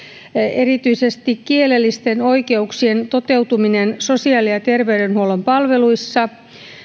erityisesti kielellisten oikeuksien toteutuminen sosiaali ja terveydenhuollon palveluissa